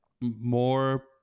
more